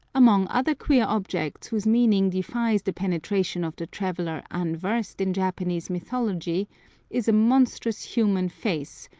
among other queer objects whose meaning defies the penetration of the traveller unversed in japanese mythology is a monstrous human face,